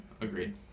Agreed